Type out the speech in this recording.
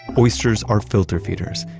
oysters are filter feeders,